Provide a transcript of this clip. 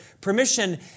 permission